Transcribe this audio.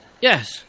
Yes